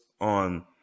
on